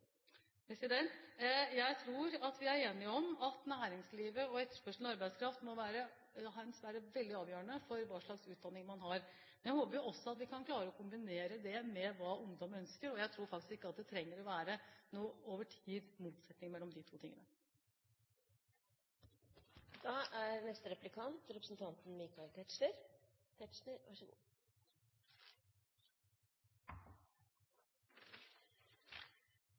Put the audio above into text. Jeg tror vi er enige om at næringslivet og etterspørselen etter arbeidskraft må være veldig avgjørende for hva slags utdanning man har. Men jeg håper også at vi kan klare å kombinere det med hva ungdom ønsker, og jeg tror faktisk ikke det trenger å være noen motsetning over tid mellom de to tingene.